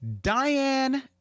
Diane